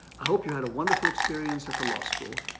i hope you had a wonderful experience at the law school.